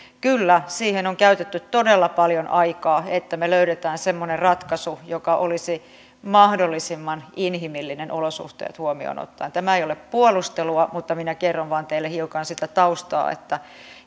kyllä käytetty todella paljon aikaa että me löydämme semmoisen ratkaisun joka olisi mahdollisimman inhimillinen olosuhteet huomioon ottaen tämä ei ole puolustelua mutta minä kerron vain hiukan sitä taustaa että